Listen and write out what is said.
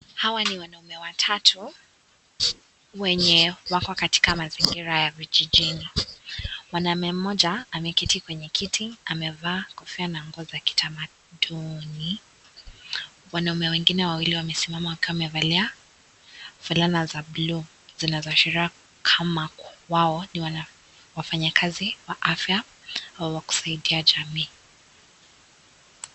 Hawa ni wanaume watatu wenye wako katika mazingira ya vijijini. Mwanaume mmoja ameketi kwenye kiti. Amevaa kofia na nguo za kitamaduni. Wanaume wengine wawili wamesimama kama wamevalia fulana za bluu zinazoashiria kama wao ni wafanyikazi wa afya au wa kusaidia jamii.